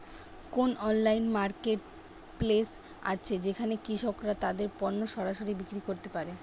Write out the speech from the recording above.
কোন online marketplace আছে যেখানে কৃষকরা তাদের পণ্য সরাসরি বিক্রি করতে পারে?